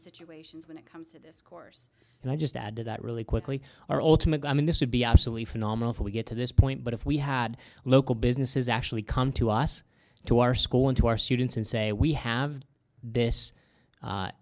situations when it comes to this course and i just add to that really quickly our ultimate goal i mean this would be absolutely phenomenal that we get to this point but if we had local businesses actually come to us to our school and to our students and say we have this